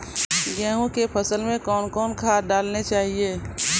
गेहूँ के फसल मे कौन कौन खाद डालने चाहिए?